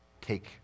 take